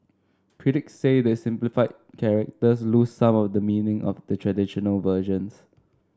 critics say the simplified characters lose some of the meaning of the traditional versions